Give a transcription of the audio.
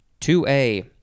2A